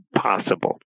possible